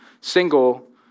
single